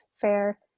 fair